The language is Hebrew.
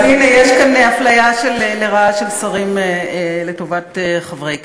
הנה, יש כאן אפליה לרעה של שרים לטובת חברי הכנסת.